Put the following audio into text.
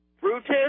Brutus